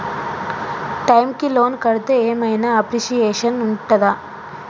Time కి loan కడ్తే ఏం ఐనా అప్రిషియేషన్ ఉంటదా?